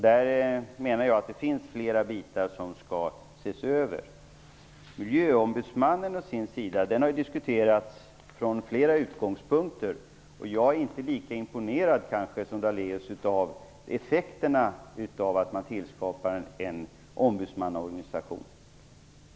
Där menar jag att det finns flera saker som behöver ses över. Frågan om en miljöombudsman å sin sida har diskuterats från flera utgångspunkter. Jag är inte lika imponerad som Daléus av effekterna av att man tillskapar en ombudsmannaorganisation.